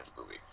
movie